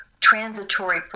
transitory